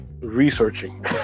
researching